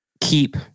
Keep